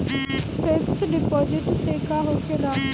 Fix deposit से का होखे ला?